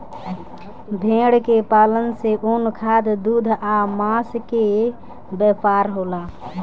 भेड़ के पालन से ऊन, खाद, दूध आ मांस के व्यापार होला